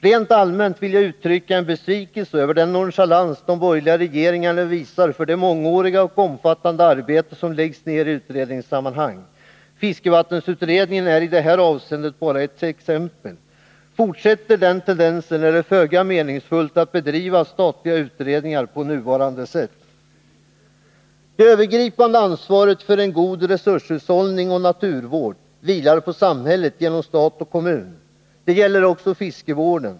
Rent allmänt vill jag uttrycka en besvikelse över den nonchalans de borgerliga regeringarna visar för det mångåriga och omfattande arbete som läggs ner i utredningssammanhang. Fiskevattensutredningen är i detta avseende bara ett exempel. Fortsätter denna tendens är det föga meningsfullt att bedriva statliga utredningar på nuvarande sätt. Det övergripande ansvaret för en god resurshushållning och naturvård vilar på samhället genom stat och kommun. Detta gäller också fiskevården.